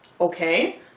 okay